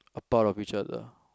a part of each other